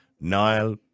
Nile